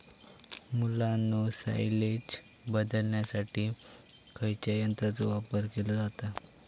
मुलांनो सायलेज बदलण्यासाठी खयच्या यंत्राचो वापर केलो जाता?